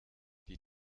die